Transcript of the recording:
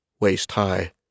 waist-high